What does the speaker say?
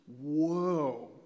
Whoa